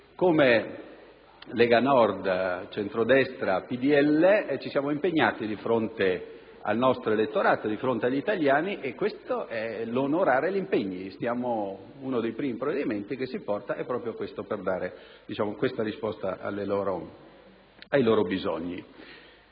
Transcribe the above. Come Lega Nord, centrodestra, PdL, ci siamo impegnati di fronte al nostro elettorato, di fronte agli italiani e questo è il nostro modo di onorare gli impegni, uno dei primi provvedimenti che si affrontano è proprio per dare risposta ai loro bisogni.